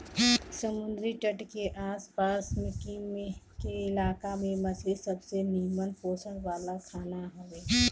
समुंदरी तट के आस पास के इलाका में मछरी सबसे निमन पोषण वाला खाना हवे